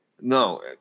No